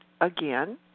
again